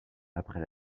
après